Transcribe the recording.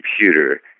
computer